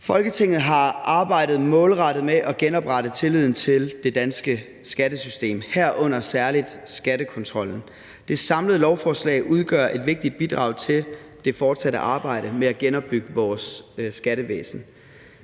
Folketinget har arbejdet målrettet med at genoprette tilliden til det danske skattesystem, herunder særligt skattekontrollen. Det samlede lovforslag udgør et vigtigt bidrag til det fortsatte arbejde med at genopbygge vores skattevæsen.